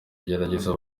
igeragezwa